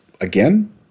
Again